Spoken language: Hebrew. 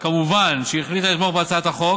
מובן שהיא החליטה לתמוך בהצעת החוק,